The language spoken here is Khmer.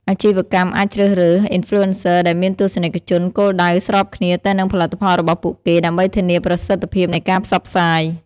អាជីវកម្មអាចជ្រើសរើស អុីនផ្លូអេនសឹ ដែលមានទស្សនិកជនគោលដៅស្របគ្នាទៅនឹងផលិតផលរបស់ពួកគេ ដើម្បីធានាប្រសិទ្ធភាពនៃការផ្សព្វផ្សាយ។